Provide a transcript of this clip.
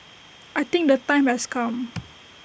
I think the time has come